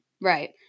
right